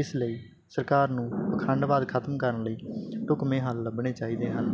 ਇਸ ਲਈ ਸਰਕਾਰ ਨੂੰ ਪਖੰਡਵਾਦ ਖਤਮ ਕਰਨ ਲਈ ਢੁਕਵੇਂ ਹੱਲ ਲੱਭਣੇ ਚਾਹੀਦੇ ਹਨ